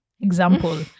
Example